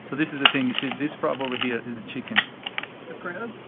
so this is the thing, you see this probe over here is the chicken the probe?